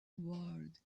world